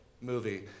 movie